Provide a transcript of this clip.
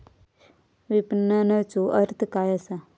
विपणनचो अर्थ काय असा?